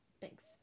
Thanks